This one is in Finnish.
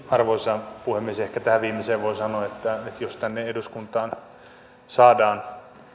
arvoisa puhemies ehkä tähän viimeiseen voi sanoa että jos tänne eduskuntaan saadaan